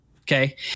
Okay